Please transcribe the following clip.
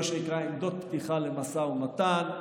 עמדות פתיחה למשא ומתן.